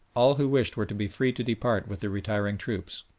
all who wished were to be free to depart with the retiring troops.